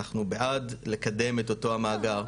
אנחנו בעד לקדם את אותו המאגר.